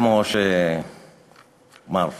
כמו שמר פריג'